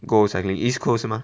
go cycling east coast 是吗